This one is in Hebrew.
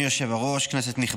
רבותיי, הנושא